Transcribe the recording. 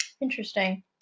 interesting